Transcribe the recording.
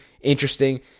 interesting